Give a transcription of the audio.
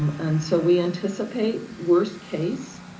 and so we anticipate worst case